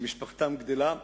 שמשפחתם גדלה,